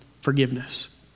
forgiveness